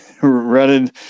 running